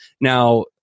Now